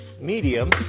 medium